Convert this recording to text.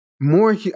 more